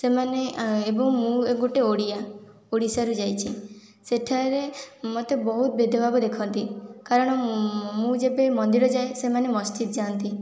ସେମାନେ ଏବଂ ମୁଁ ଗୋଟିଏ ଓଡ଼ିଆ ଓଡ଼ିଶାରୁ ଯାଇଛି ସେଠାରେ ମୋତେ ବହୁତ ଭେଦଭାବରେ ଦେଖନ୍ତି କାରଣ ମୁଁ ଯେବେ ମନ୍ଦିର ଯାଏ ସେମାନେ ମସଜିଦ ଯାଆନ୍ତି